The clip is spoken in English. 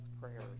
prayers